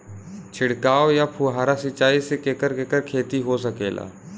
छिड़काव या फुहारा सिंचाई से केकर केकर खेती हो सकेला?